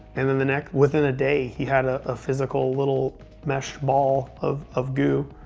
and then the next within a day, he had ah a physical little mesh ball of of goo.